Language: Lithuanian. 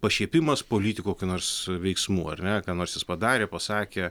pašiepimas politiko kokių nors veiksmų ar ne ką nors jis padarė pasakė